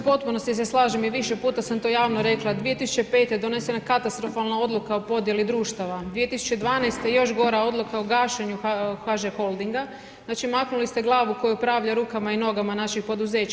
U potpunosti se slažem i više put sam to javno rekla, 2005. je donesena katastrofalna odluka u podijeli društava, 2012. još gora odluka o gašenju HŽ holdinga, znači maknuli ste glavu koja upravlja rukama i nogama naših poduzeća.